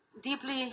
deeply